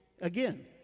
Again